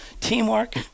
teamwork